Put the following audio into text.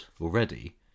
already